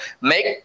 make